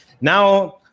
now